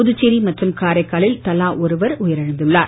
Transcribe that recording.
புதுச்சேரி மற்றும் காரைக்காலில் தலா ஒருவர் உயிரிழந்துள்ளனர்